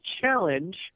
challenge